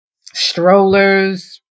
strollers